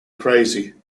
crazy